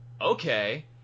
okay